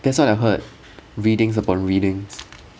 that's what I heard readings about readings